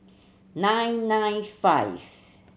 nine nine five